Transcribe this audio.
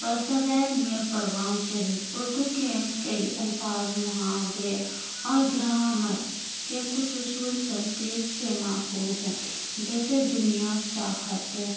برصغیر میں پروان چڑھی اردو کے کئی الفاظ محاورے اور گرامر کے کچھ اصول سنسکرت سے ماخوذ ہیں جیسے دنیا چاہت